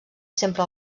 sempre